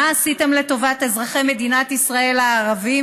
מה עשיתם לטובת אזרחי מדינת הערבים?